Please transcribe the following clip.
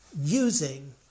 using